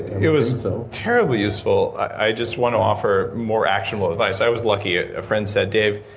it was terribly useful, i just want to offer more actionable advice. i was lucky, a friend said, dave,